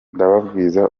ndababwiza